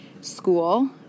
school